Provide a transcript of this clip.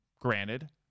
Granted